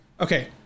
okay